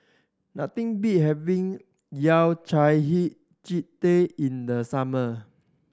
nothing beat having Yao Cai hei ji in the summer